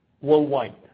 worldwide